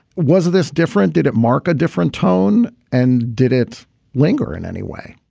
was this different? did it mark a different tone and did it linger in any way?